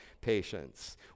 patience